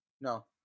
No